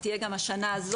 היא תהיה גם השנה הזאת.